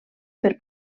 per